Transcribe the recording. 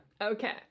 Okay